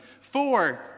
Four